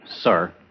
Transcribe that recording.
sir